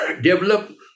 develop